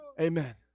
Amen